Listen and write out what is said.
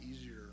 easier